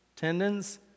tendons